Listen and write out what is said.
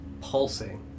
pulsing